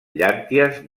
llànties